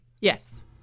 Yes